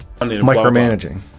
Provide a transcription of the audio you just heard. Micromanaging